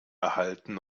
erhaltene